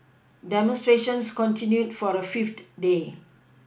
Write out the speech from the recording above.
demonstrations continued for the fifth day